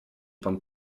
pan